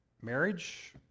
Marriage